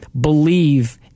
believe